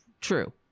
true